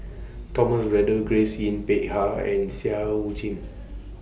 Thomas Braddell Grace Yin Peck Ha and Seah EU Chin